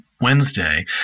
Wednesday